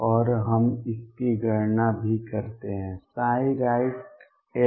और हम इसकी गणना भी करते हैं राइट x